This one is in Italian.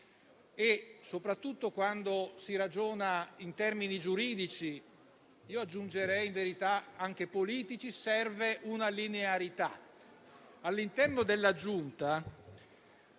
soprattutto quando si ragiona in termini giuridici, e io aggiungerei in verità anche politici, serve una linearità. All'interno della Giunta